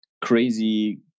crazy